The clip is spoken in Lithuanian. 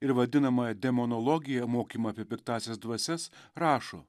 ir vadinamą demonologiją mokymą apie piktąsias dvasias rašo